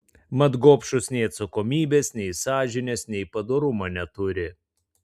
mat gobšūs nei atsakomybės nei sąžinės nei padorumo neturi